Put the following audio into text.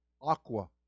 aqua